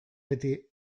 beti